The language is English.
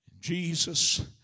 Jesus